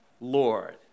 Lord